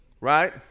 right